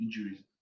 injuries